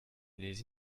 les